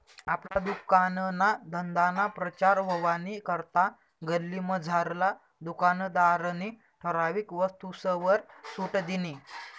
आपला दुकानना धंदाना प्रचार व्हवानी करता गल्लीमझारला दुकानदारनी ठराविक वस्तूसवर सुट दिनी